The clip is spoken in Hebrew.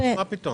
מה פתאום?